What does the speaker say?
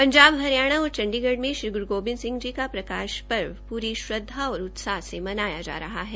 पंजाब हरियाणा और चंडीगढ़ में श्री ग्रू गोबिंद सिंह जी का प्रकाश पर्व प्री श्रद्वा और उत्साह से मनाया जा रहा है